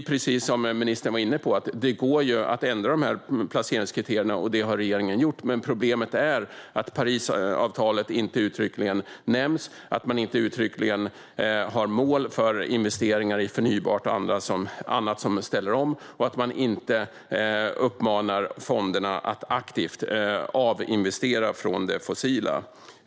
Precis som ministern var inne på går det ändra placeringskriterierna, och det har regeringen gjort. Men problemet är att Parisavtalet inte uttryckligen nämns, att man inte uttryckligen har mål för investeringar i förnybart och annat som ställer om och att man inte uppmanar fonderna att aktivt avinvestera från det fossila.